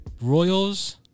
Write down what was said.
Royals